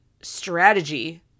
strategy